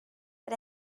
but